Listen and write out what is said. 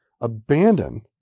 Abandon